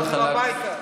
אז כולנו הביתה.